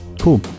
cool